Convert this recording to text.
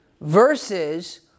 versus